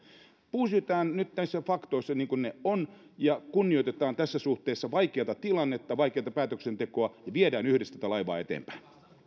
pysytään nyt näissä faktoissa niin kuin ne ovat ja kunnioitetaan tässä suhteessa vaikeata tilannetta vaikeata päätöksentekoa ja viedään yhdessä tätä laivaa eteenpäin